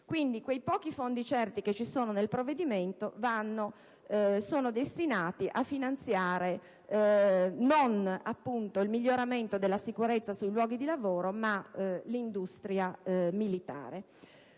Quindi, i pochi fondi certi contenuti nel provvedimento sono destinati a finanziare, non il miglioramento della sicurezza sui luoghi di lavoro, ma l'industria militare.